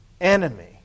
enemy